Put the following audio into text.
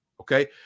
Okay